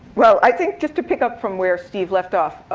well, i think just to pick up from where steve left off,